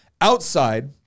outside